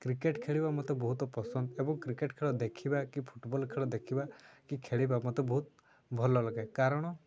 cricket ଖେଳିବା ମୋତେ ବହୁତ ପସନ୍ଦ ଏବଂ କ୍ରିକେଟ୍ ଖେଳ ଦେଖିବା କି ଫୁଟୁବଲ୍ ଖେଳ ଦେଖିବା କି ଖେଳିବା ମୋତେ ବହୁତ ଭଲ ଲାଗେ କାରଣ